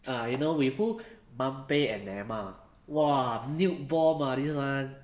ah you know with who mbappe and neymar !wah! nuke bomb ah this one